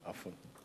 עפוואן.